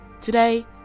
Today